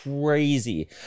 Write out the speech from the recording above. crazy